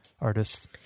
artists